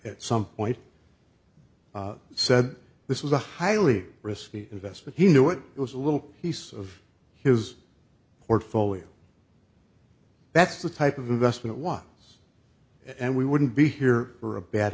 at some point said this was a highly risky investment he knew it was a little piece of his portfolio that's the type of investment ones and we wouldn't be here are a bad